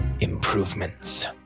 Improvements